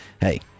hey